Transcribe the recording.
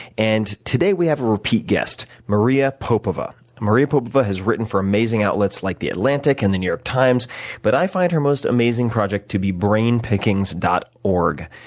and, today, we have a repeat guest, maria popova. and maria popova has written for amazing outlets like the atlantic and the new york times but i find her most amazing project to be brainpickings dot org.